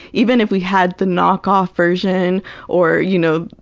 even if we had the knock-off version or, you know